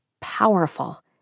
powerful